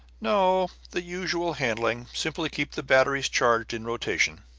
no. the usual handling. simply keep the batteries charged in rotation.